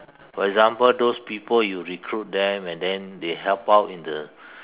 for example those people you recruit them and then they help out in the